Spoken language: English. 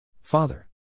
Father